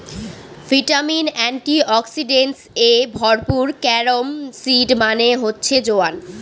vitamin, antioxidants এ ভরপুর carom seed মানে হচ্ছে জোয়ান